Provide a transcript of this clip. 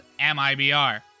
MIBR